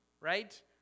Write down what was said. right